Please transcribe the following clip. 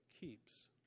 keeps